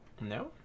no